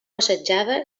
assetjada